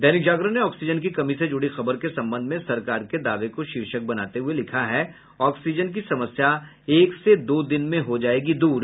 दैनिक जागरण ने ऑक्सीजन की कमी से जुड़ी खबर के संबंध में सरकार के दावें को शीर्षक बनाते हुए लिखा है ऑक्सीजन की समस्या एक से दो दिन में हो जायेगी दूर